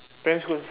primary school